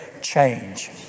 Change